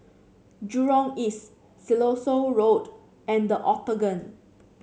Jurong East Siloso Road and Octagon